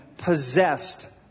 Possessed